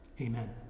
amen